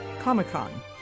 Comic-Con